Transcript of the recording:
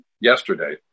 yesterday